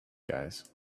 guys